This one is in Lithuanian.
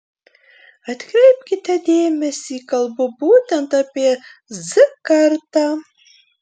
atkreipkite dėmesį kalbu būtent apie z kartą